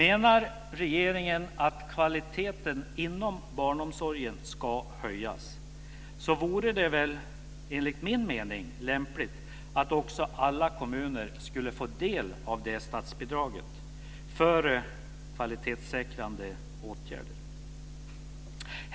Om regeringen menar att kvaliteten inom barnomsorgen ska höjas vore det enligt min mening lämpligt att alla kommuner skulle få del av statsbidraget för kvalitetssäkrande åtgärder.